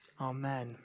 Amen